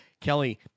Kelly